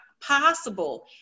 possible